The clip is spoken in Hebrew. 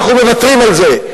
אנחנו מוותרים על זה.